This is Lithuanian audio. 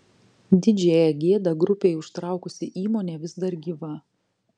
didžiąją gėdą grupei užtraukusi įmonė vis dar gyva